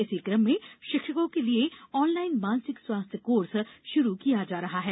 इसी क्रम में शिक्षकों के लिये ऑनलाइन मानसिक स्वास्थ्य कोर्स शुरू किया जा रहा है